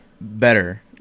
better